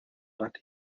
but